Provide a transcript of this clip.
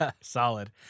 Solid